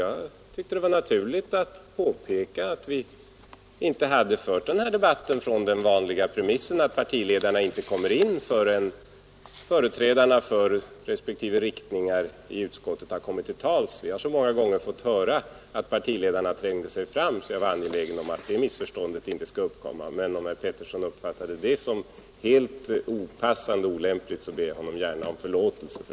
Jag fann det naturligt att påpeka att vi inte hade fört den här debatten från de vanliga premisserna, att partiledarna inte kommer in i debatten förrän företrädarna för respektive riktningar i utskottet har kommit till tals. Jag har många gånger fått höra att partiledarna tränger sig fram, och jag var angelägen om att det missförståndet inte skulle uppkomma, men om herr Pettersson uppfattade mitt påpekande som opassande och olämpligt ber jag honom gärna om förlåtelse.